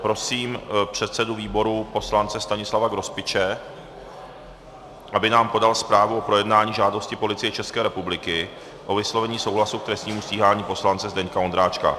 Prosím předsedu výboru poslance Stanislava Grospiče, aby nám podal zprávu o projednání žádosti Policie ČR o vyslovení souhlasu k trestnímu stíhání poslance Zdeňka Ondráčka.